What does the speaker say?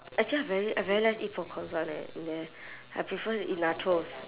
actually I very I very less eat popcorns one eh in there I prefer to eat nachos